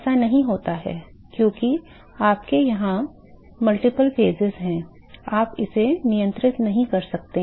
ऐसा नहीं होता है क्योंकि आपके यहां कई चरण हैं आप इसे नियंत्रित नहीं कर सकते